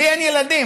לי אין ילדים,